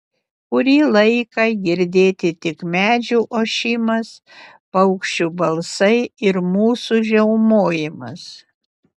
kurį laiką girdėti tik medžių ošimas paukščių balsai ir mūsų žiaumojimas